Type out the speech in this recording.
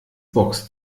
box